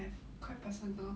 quite personal